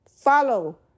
follow